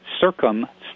Circumstance